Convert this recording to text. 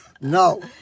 No